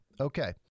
Okay